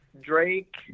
Drake